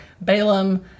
balaam